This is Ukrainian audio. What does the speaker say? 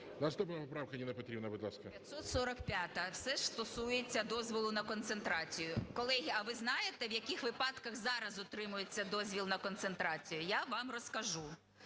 Наступна поправка, Ніна Петрівна, будь ласка. 14:04:33 ЮЖАНІНА Н.П. 545-а, все ж стосується дозволу на концентрацію. Колеги, а ви знаєте в яких випадках зараз отримується дозвіл на концентрацію? Я вам розкажу.